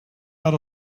art